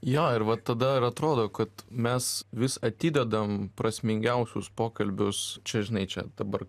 jo ir va tada ir atrodo kad mes vis atidedam prasmingiausius pokalbius čia žinai čia dabar